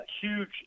huge